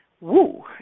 Woo